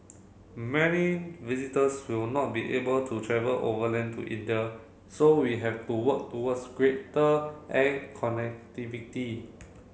many visitors will not be able to travel overland to India so we have to work towards greater air connectivity